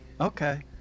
Okay